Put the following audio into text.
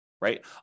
right